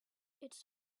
its